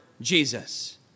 Jesus